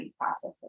processes